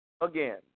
again